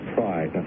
Pride